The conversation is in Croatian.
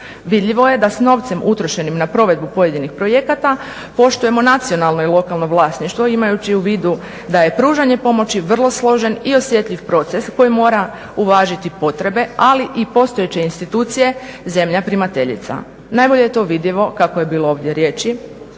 Vidljivo je da s novcem utrošenim na provedbu pojedinih projekata poštujemo nacionalno i lokalno vlasništvo imajući u vidu da je pružanje pomoći vrlo složen i osjetljiv proces koji mora uvažiti potrebe ali i postojeće institucije zemlja primateljica. Najbolje to vidimo kako je bilo ovdje riječi